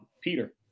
Peter